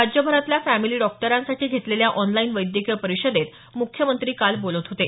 राज्यभरातल्या फॅमिली डॉक्टरांसाठी घेतलेल्या ऑनलाईन वैद्यकीय परिषदेत मुख्यमंत्री काल बोलत होते